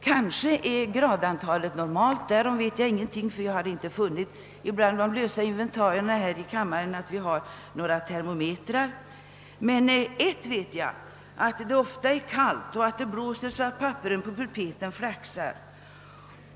Kanske är gradantalet normalt. Jag vet ingenting därom, eftersom jag bland de lösa inventarierna här i kammaren inte funnit några termometrar. Men ett vet jag; det är ofta kallt och det blåser så att papperen på pulpeten flaxar.